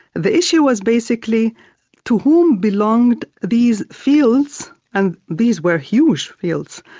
the issue was basically to whom belonged these fields and these were huge fields,